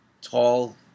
tall